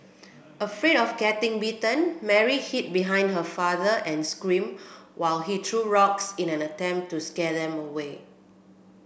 afraid of getting bitten Mary hid behind her father and screamed while he threw rocks in an attempt to scare them away